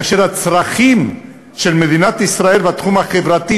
כאשר הצרכים של מדינת ישראל בתחום החברתי